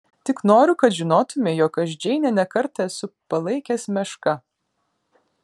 tik noriu kad žinotumei jog aš džeinę ne kartą esu palaikęs meška